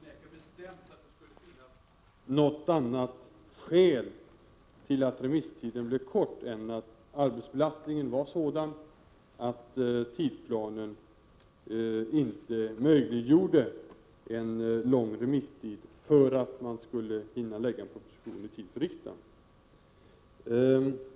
Herr talman! Jag förnekar bestämt att det skulle finnas något annat skäl till att remisstiden blev kort än att arbetsbelastningen var sådan att tidsplanen inte möjliggjorde en lång remisstid — man skulle hinna lägga fram en proposition i tid till riksdagen.